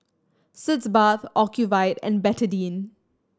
Sitz Bath Ocuvite and Betadine